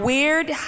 Weird